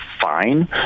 fine